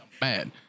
bad